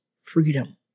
freedom